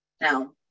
Now